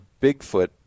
Bigfoot